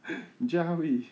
你觉得他会